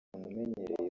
umenyereye